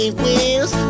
wheels